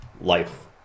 life